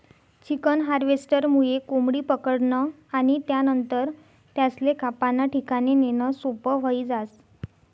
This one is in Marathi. चिकन हार्वेस्टरमुये कोंबडी पकडनं आणि त्यानंतर त्यासले कापाना ठिकाणे नेणं सोपं व्हयी जास